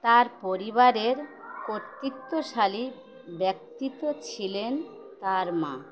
তার পরিবারের কর্তৃত্বশালী ব্যক্তিত্ব ছিলেন তার মা